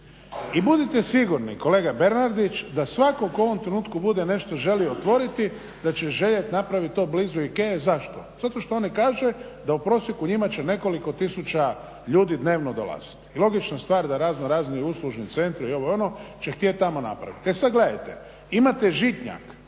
i budite sigurni kolega Bernardić da svatko tko u ovom trenutku bude nešto želio otvoriti da će željeti napravit to blizu IKEA-e, zašto? zato što ona kaže da u prosjeku njima će nekoliko tisuća ljudi dnevno dolaziti i logična stvar da razno razni uslužni centri i ovo, ono će htjeti tamo napraviti. E sad gledajte, imate Žitnjak,